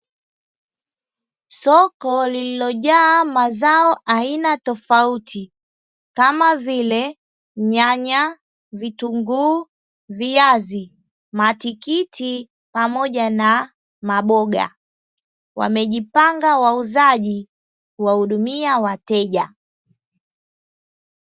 Soko lililojaa mazao aina tofauti, kama vile: nyanya, vitunguu, viazi, matikiti pamoja na maboga. Wamejipanga wauzaji kuwahudumia wateja.